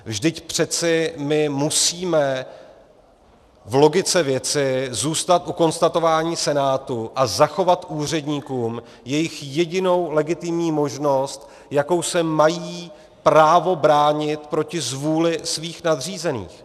Vždyť přeci my musíme v logice věci zůstat u konstatování Senátu a zachovat úředníkům jejich jedinou legitimní možnost, jakou se mají právo bránit proti zvůli svých nadřízených.